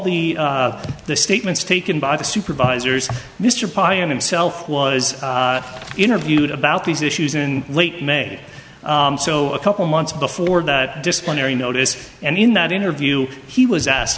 the the statements taken by the supervisors mr pie and him self was interviewed about these issues in late may so a couple months before that disciplinary notice and in that interview he was asked